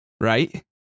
right